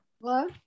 Hello